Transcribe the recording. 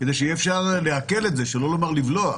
כדי שיהיה אפשר לעכל את זה, שלא לומר לבלוע.